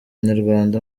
nyarwanda